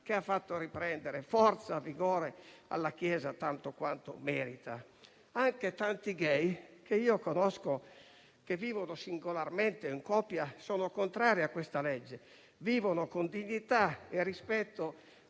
che faccia riprendere forza e vigore alla Chiesa, tanto quanto merita. Anche tanti *gay* che conosco, che vivono singolarmente o in coppia, sono contrari a questa legge. Vivono con dignità e rispetto